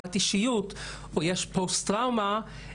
הפרעת אישיות או פוסט טראומה,